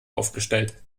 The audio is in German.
aufgestellt